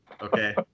Okay